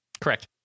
Correct